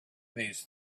these